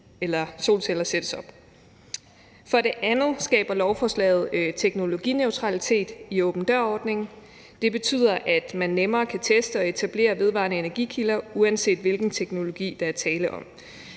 eller solceller sættes op. For det andet skaber lovforslaget teknologineutralitet i åben dør-ordningen. Det betyder, at man nemmere kan teste og etablere vedvarende energi-kilder, uanset hvilken teknologi der er tale om.